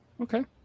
okay